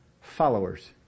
followers